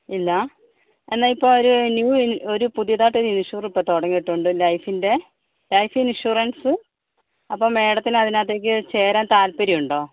ഇല്ലാ എന്നാൽ ഇപ്പോൾ ഒരു ന്യൂ ഇൻ ഒരു പുതുതായിട്ട് ഒരു ഇൻഷൂറിപ്പോൾ തുടങ്ങിയിട്ടുണ്ട് ലൈഫിൻ്റെ ലൈഫ് ഇൻഷൂറൻസ് അപ്പോൾ മാഡത്തിന് അതിനകത്തേക്ക് ചേരാൻ താല്പര്യമുണ്ടോ